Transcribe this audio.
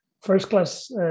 first-class